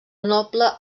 noble